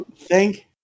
thank